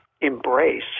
embrace